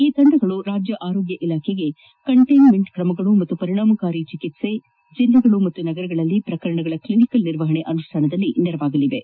ಈ ತಂಡಗಳು ರಾಜ್ಯ ಆರೋಗ್ಯ ಇಲಾಖೆಗೆ ಕಂಟೈನ್ಮೆಂಟ್ ಕ್ರಮಗಳು ಮತ್ತು ಪರಿಣಾಮಕಾರಿ ಚಿಕಿತ್ಸೆ ಜಿಲ್ಲೆಗಳು ಮತ್ತು ನಗರಗಳಲ್ಲಿನ ಪ್ರಕರಣಗಳ ಕ್ಲಿನಿಕಲ್ ನಿರ್ವಹಣೆ ಅನುಷ್ಠಾನದಲ್ಲಿ ನೆರವು ನೀಡಲಿವೆ